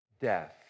death